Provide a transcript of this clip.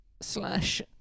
Slash